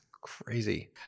crazy